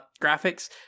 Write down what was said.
graphics